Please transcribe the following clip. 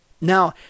Now